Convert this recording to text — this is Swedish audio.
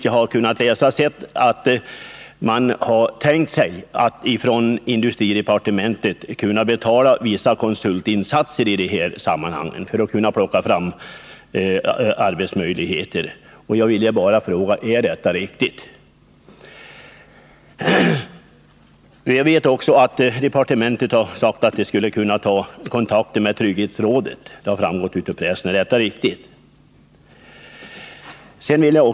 Jag har läst i pressen att man från industridepartementet skulle kunna betala vissa konsultinsatser för att ta fram arbetsmöjligheter. Jag vill bara fråga: Är detta riktigt? Jag vet också att departementet har sagt att vi skulle kunna ta kontakt med trygghetsrådet. Det har framgått av pressen. Är detta riktigt?